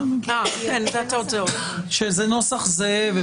זה נוסח זהה.